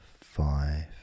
Five